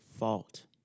fault